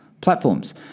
platforms